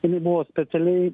tai jis buvo specialiai